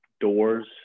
doors